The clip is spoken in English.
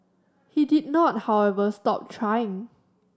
he did not however stop trying